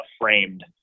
framed